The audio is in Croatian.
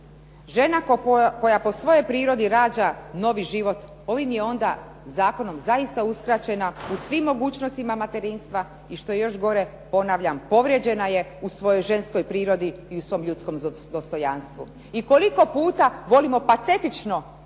Žena koja po svojoj prirodi rađa novi život, ovim je onda zakonom zaista uskraćena u svim mogućnostima materinstva i što je još gore, ponavljam, povrijeđena je u svojoj ženskoj prirodi i u svom ljudskom dostojanstvu. I koliko puta volimo patetično